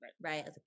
right